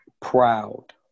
proud